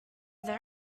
there